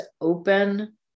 open